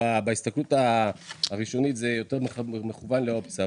בהסתכלות הראשונית זה יותר מכוון לאופציה,